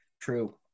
True